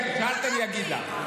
שאלת, אני אגיד לך.